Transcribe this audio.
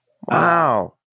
Wow